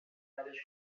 ترِش